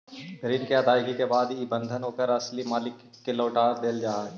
ऋण के अदायगी के बाद इ बंधन ओकर असली मालिक के लौटा देल जा हई